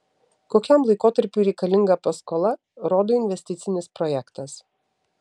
kokiam laikotarpiui reikalinga paskola rodo investicinis projektas